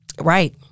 Right